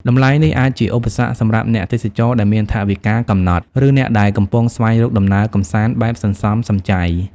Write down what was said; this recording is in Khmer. តម្លៃនេះអាចជាឧបសគ្គសម្រាប់អ្នកទេសចរដែលមានថវិកាកំណត់ ឬអ្នកដែលកំពុងស្វែងរកដំណើរកម្សាន្តបែបសន្សំសំចៃ។